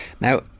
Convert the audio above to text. Now